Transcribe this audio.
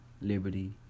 liberty